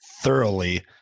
thoroughly